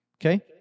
Okay